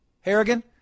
Harrigan